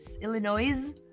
Illinois